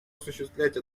осуществлять